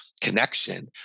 connection